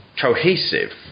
cohesive